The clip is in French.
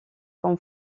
comme